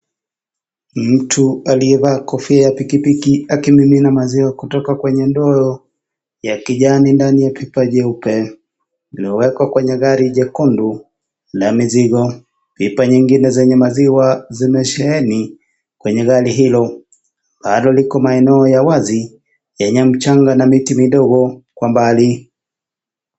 Mtu aliyevaa kofia ya pikipiki akimimina maziwa kutoka kwa ndoo ya kijani ndani ya pipa jeupe. Limewekwa kwenye gari jekundu la mizigo. Pipa nyingine zenye maziwa zimesheheni kwenye gari hilo, bado liko maeneo ya wazi yenye mchanga na miti midogo kwa mbali.